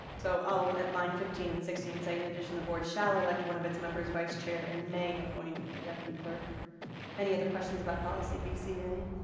so i'll at line fifteen and sixteen say in addition the board shall elect one of its members vice chair and may appoint a deputy clerk any other questions about policy bca?